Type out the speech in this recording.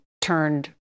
turned